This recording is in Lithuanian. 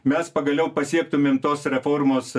mes pagaliau pasiektumėm tos reformos